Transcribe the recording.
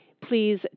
Please